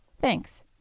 thanks